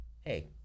hey